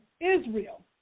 Israel